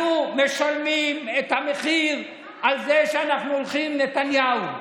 אנחנו משלמים את המחיר על זה שאנחנו הולכים עם נתניהו.